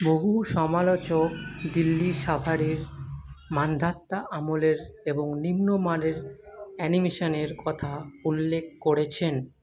বহু সমালোচক দিল্লি সাফারির মান্ধাতা আমলের এবং নিম্ন মানের অ্যানিমেশনের কথা উল্লেখ করেছেন